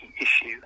issue